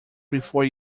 before